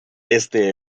este